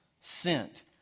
sent